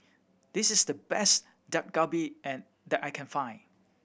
this is the best Dak Galbi and that I can find